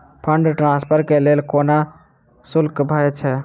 Fund transfer केँ लेल कोनो शुल्कसभ छै?